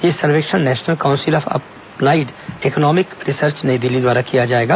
यह सर्वेक्षण national council of applied economic research Nai Delhi द्वारा किया जायेगा